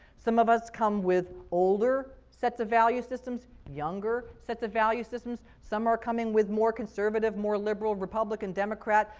some of us come with older sets of value systems, younger sets of value systems. some are coming with more conservative, more liberal, republican, democrat,